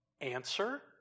Answer